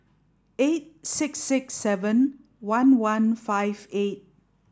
eight six six seven one one five eight